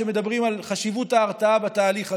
שמדברים על חשיבות ההרתעה בתהליך הזה.